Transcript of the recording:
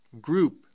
group